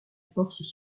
forces